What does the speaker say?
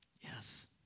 Yes